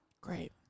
Great